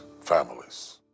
families